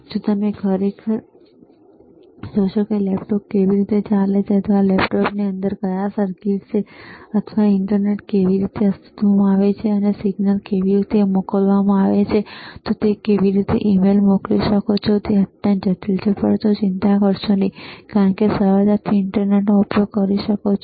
જો તમે ખરેખર જોશો કે લેપટોપ કેવી રીતે ચાલે છે અથવા લેપટોપની અંદર કયા સર્કિટ છે અથવા ઇન્ટરનેટ કેવી રીતે અસ્તિત્વમાં આવે છે અને સિગ્નલ કેવી રીતે મોકલવામાં આવે છે તમે કેવી રીતે ઇમેઇલ મોકલી શકો છો તે અત્યંત જટિલ છે પરંતુ ચિંતા કરશો નહીં કારણ કે તમે સરળતાથી ઈન્ટરનેટનો ઉપયોગ કરી શકે છે